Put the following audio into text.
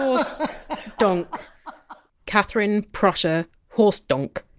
horse donk catherine. prussia. horse donk.